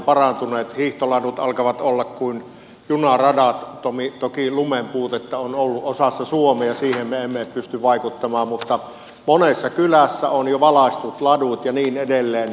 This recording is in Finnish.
hiihtoladut alkavat olla kuin junaradat toki lumenpuutetta on ollut osassa suomea siihen me emme pysty vaikuttamaan mutta monessa kylässä on jo valaistut ladut ja niin edelleen